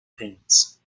payments